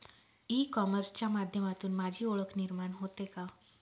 E कॉमर्सच्या माध्यमातून माझी ओळख निर्माण होते का?